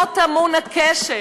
פה טמון הכשל,